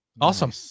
awesome